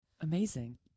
amazing